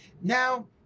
Now